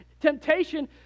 temptation